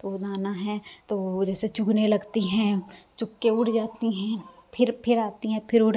तो दाना है तो जैसे चुगने लगती हैं चुग के उड़ जाती हैं फिर फिर आती हैं फिर उड़